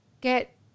get